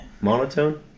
monotone